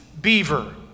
beaver